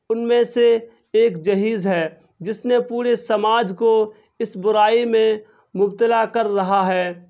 ان میں سے ایک جہیز ہے جس نے پورے سماج کو اس برائی میں مبتلا کر رہا ہے